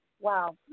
Wow